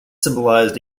symbolized